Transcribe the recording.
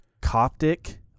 Coptic